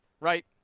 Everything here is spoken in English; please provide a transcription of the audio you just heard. right